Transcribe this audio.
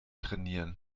trainieren